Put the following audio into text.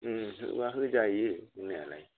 होबा होजायो होनायालाय